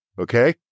okay